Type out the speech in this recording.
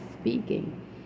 speaking